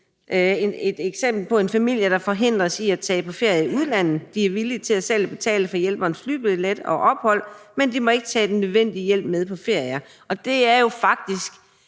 her på bl.a. en familie, der forhindres i at tage på ferie i udlandet. De er villige til selv at betale for hjælperens flybillet og ophold, men de må ikke tage den nødvendige hjælp med på ferie. Og det er jo faktisk